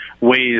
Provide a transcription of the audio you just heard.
ways